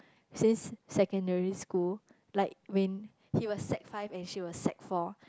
since secondary school like when he was sec five and she was sec four